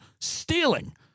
stealing